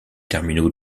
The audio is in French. terminaux